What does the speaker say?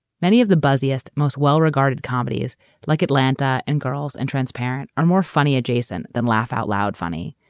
many of the buzziest, most well-regarded comedies like atlanta and girls and transparent are more funny adjacent than laugh out loud funny.